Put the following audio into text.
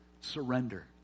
surrender